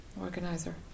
organizer